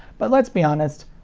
but let's be honest,